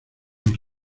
los